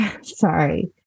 sorry